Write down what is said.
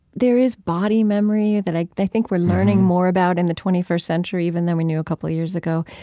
there is body memory that i think we're learning more about in the twenty first century even than we knew a couple of years ago.